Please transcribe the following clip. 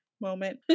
moment